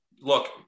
look